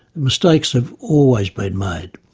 mistakes have always been made,